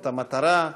את המטרה,